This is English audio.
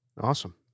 Awesome